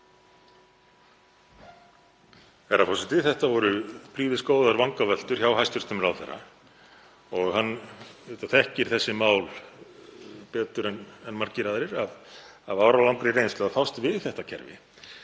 Herra forseti. Þetta voru prýðisgóðar vangaveltur hjá hæstv. ráðherra. Hann þekkir þessi mál betur en margir aðrir af áralangri reynslu af því að fást við þetta kerfi.